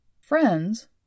Friends